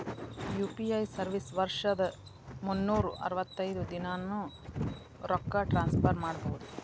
UPI service ವರ್ಷದ್ ಮುನ್ನೂರ್ ಅರವತ್ತೈದ ದಿನಾನೂ ರೊಕ್ಕ ಟ್ರಾನ್ಸ್ಫರ್ ಮಾಡ್ಬಹುದು